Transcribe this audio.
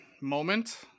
moment